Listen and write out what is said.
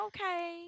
Okay